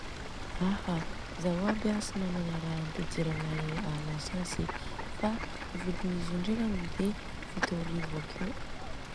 Aha, zaho aby tsy managna ra ampidirana lasantsy fa vidin'izy io ndrekany de fito arivo akeo.